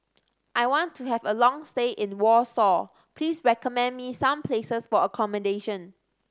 I want to have a long stay in Warsaw Please recommend me some places for accommodation